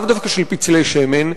ולאו דווקא של פצלי שמן,